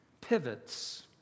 pivots